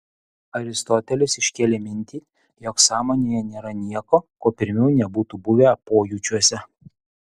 aristotelis iškėlė mintį jog sąmonėje nėra nieko ko pirmiau nebūtų buvę pojūčiuose